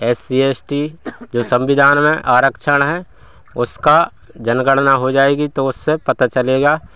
S C S T जो संविधान में आरक्षण हैं उसका जनगणना हो जाए जाएगी तो उससे पता चलेगा